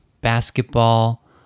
basketball